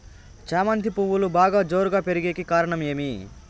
చామంతి పువ్వులు బాగా జోరుగా పెరిగేకి కారణం ఏమి?